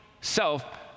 self